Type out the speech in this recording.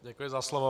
Děkuji za slovo.